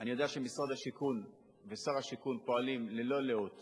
אני יודע שמשרד השיכון ושר השיכון פועלים ללא לאות